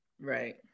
right